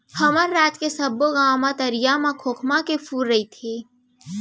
हमर राज के सबो गॉंव के तरिया मन म खोखमा फूले रइथे